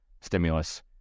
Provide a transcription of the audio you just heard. stimulus